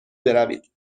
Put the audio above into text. بروید